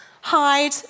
hide